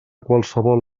qualsevol